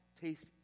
taste